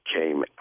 came